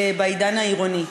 בעידן העירוני.